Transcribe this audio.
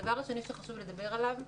הדבר השני שחשוב לדבר עליו.